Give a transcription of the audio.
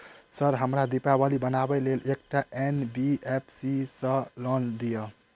Sir हमरा दिवाली मनावे लेल एकटा एन.बी.एफ.सी सऽ लोन दिअउ?